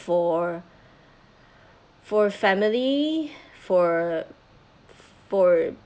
for for family for for